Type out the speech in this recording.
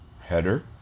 header